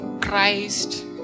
Christ